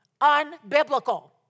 Unbiblical